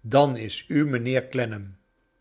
dan is u mijnheer